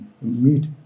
meet